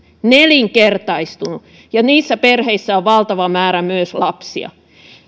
nelinkertaistunut ja niissä perheissä on valtava määrä myös lapsia